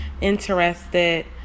interested